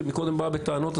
שקודם באה בטענות,